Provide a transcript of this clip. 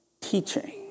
teaching